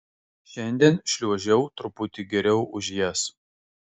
šiandien šliuožiau truputį geriau už jas